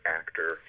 actor